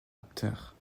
acteurs